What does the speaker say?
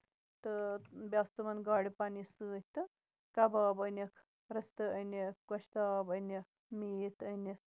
تہٕ بیٚیہِ آسہٕ تِمَن گاڑِ پَنٕنہِ سۭتۍ تہٕ کَبابہٕ أنِکھ رِستہٕ أنِکھ گۄشتابہٕ أنِکھ میٖتھ أنِتھ